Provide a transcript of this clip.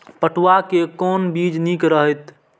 पटुआ के कोन बीज निक रहैत?